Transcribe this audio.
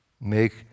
make